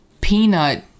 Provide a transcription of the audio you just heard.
peanut